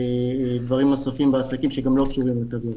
דברים נוספים בעסקים שגם לא קשורים לתו ירוק.